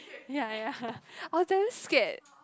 ya ya I was damn scared